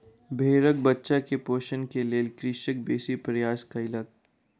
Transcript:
भेड़क बच्चा के पोषण के लेल कृषक बेसी प्रयास कयलक